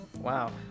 Wow